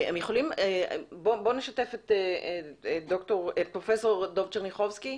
בואו נשתף את פרופ' דב צ'רניחובסקי.